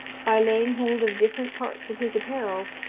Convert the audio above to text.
by laying hold of different parts of his apparel,